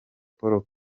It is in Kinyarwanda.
paul